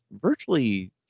virtually